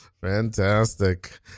fantastic